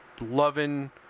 loving